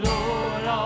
Lord